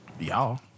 y'all